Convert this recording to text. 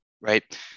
right